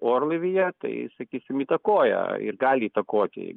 orlaivyje tai sakysim įtakoja ir gali įtakoti